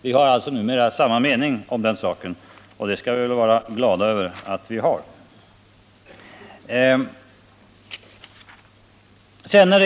Vi har alltså numera samma mening om den saken, och det skall vi väl vara glada över att vi har.